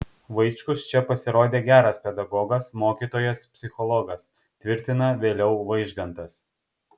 vaičkus čia pasirodė geras pedagogas mokytojas psichologas tvirtina vėliau vaižgantas